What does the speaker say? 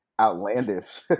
Outlandish